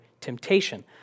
temptation